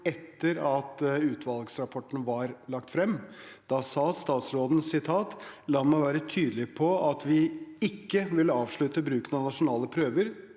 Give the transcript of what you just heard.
etter at utvalgsrapporten var lagt frem. Da sa statsråden: «La meg være tydelig på at vi ikke vil avslutte bruken av nasjonale prøver.»